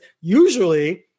usually